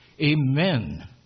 Amen